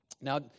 Now